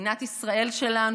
מדינת ישראל שלנו,